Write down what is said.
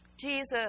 Jesus